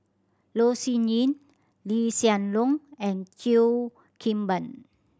Loh Sin Yun Lee Hsien Loong and Cheo Kim Ban